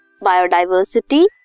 biodiversity